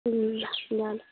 ल ल ल